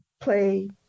play